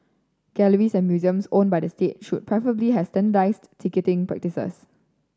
galleries and museums owned by the state should preferably has standardised ticketing practices